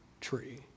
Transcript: tree